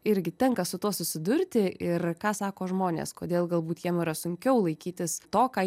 irgi tenka su tuo susidurti ir ką sako žmonės kodėl galbūt jiem yra sunkiau laikytis to ką